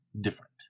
different